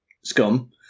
scum